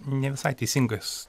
ne visai teisingas